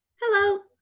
Hello